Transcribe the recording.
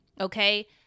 okay